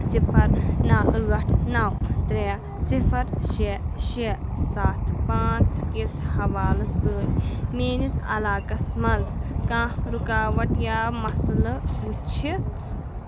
صِفر نو ٲٹھ نو ترٛےٚ صِفر شےٚ شےٚ سَتھ پانٛژھ کِس حوالہٕ سۭتۍ میٛٲنِس علاقس منٛز کانٛہہ رُکاوٹ یا مسلہٕ وُچھِتھ